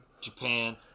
Japan